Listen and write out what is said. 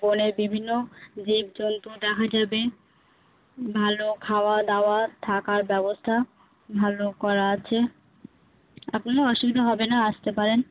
বনের বিভিন্ন জীব জন্তু দেখা যাবে ভালো খাওয়া দাওয়া থাকার ব্যবস্থা ভালো করা আছে আপনার অসুবিধা হবে না আসতে পারেন